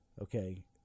Okay